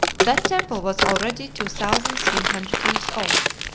that temple was already two thousand three hundred years old.